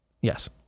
yes